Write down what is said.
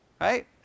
Right